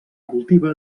cultiva